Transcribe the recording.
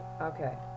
Okay